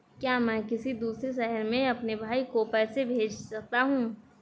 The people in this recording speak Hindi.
क्या मैं किसी दूसरे शहर में अपने भाई को पैसे भेज सकता हूँ?